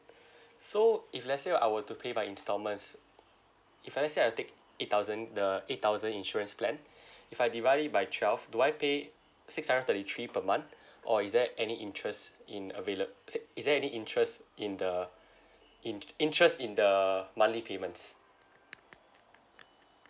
so if let's say uh I were to pay by installments if I let's say I'll take eight thousand the eight thousand insurance plan if I divide by twelve do I pay six hundred thirty three per month or is there any interest in availa~ is there is there any interest in the in~ interest in the monthly payments